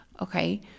Okay